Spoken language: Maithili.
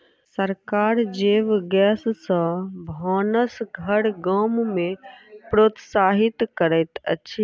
सरकार जैव गैस सॅ भानस घर गाम में प्रोत्साहित करैत अछि